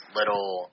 little